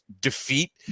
defeat